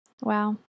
wow